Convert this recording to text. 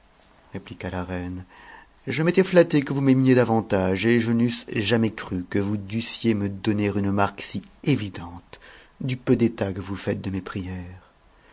répliqua la reine je m'étais flattée que vous m'aimiez davantage et je n'eusse jamais cru que vous dussiez me donner une mar que si évidente du peu d'état que vous faites de mes prières